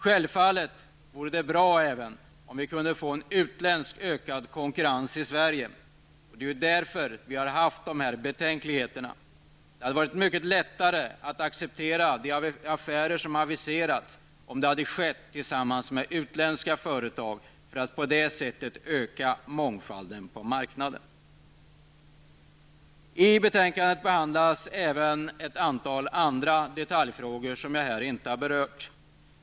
Självfallet vore det bra om vi även kunde få en ökad utländsk konkurrens i Sverige. Det är därför vi har haft dessa betänkligheter. Det hade varit mycket lättare att acceptera de affärer som aviserats om de hade skett tillsammans med utländska företag, så att man på det sättet hade kunnat öka mångfalden på marknaden. I betänkandet behandlas även ett antal detaljfrågor, som jag här inte har berört.